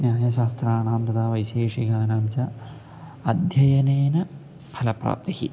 न्यायशास्त्राणां तदा वैशेषिकानां च अध्ययनेन फलप्राप्तिः